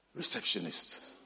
receptionists